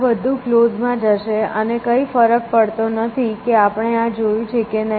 આ બધું કલોઝ માં જશે અને કંઈ ફરક પડતો નથી કે આપણે આ જોયું છે કે નહીં